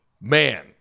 Man